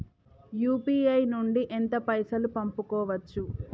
UPI నుండి ఎంత పైసల్ పంపుకోవచ్చు?